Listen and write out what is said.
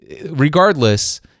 regardless